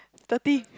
thirty